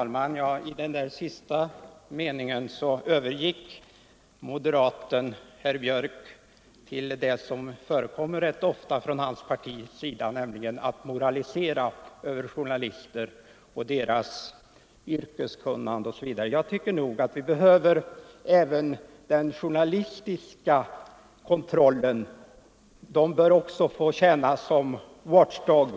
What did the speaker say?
Herr talman! I den sista meningen övergick moderaten herr Björck i Nässjö till att, såsom ofta sker från hans partis sida, moralisera över journalister och deras yrkeskunnande osv. Jag tycker att vi även behöver den journalistiska kontrollen. Journalister bör också få tjäna som watch dogs,